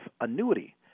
annuity